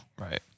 Right